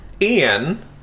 Ian